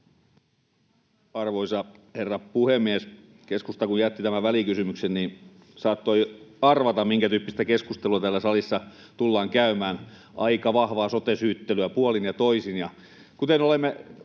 Arvoisa herra puhemies! Kun keskusta jätti tämän välikysymyksen, niin saattoi arvata, minkä tyyppistä keskustelua täällä salissa tullaan käymään, aika vahvaa sote-syyttelyä puolin ja toisin.